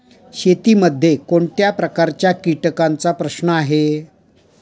शेतीमध्ये कोणत्या प्रकारच्या कीटकांचा प्रश्न आहे?